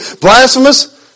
blasphemous